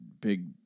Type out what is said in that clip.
big